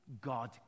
God